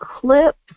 clip